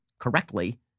correctly